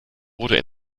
wurde